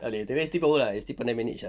tapi estee power ah estee pandai manage ah